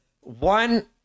one